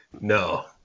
No